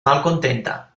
malkontenta